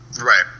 Right